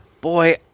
Boy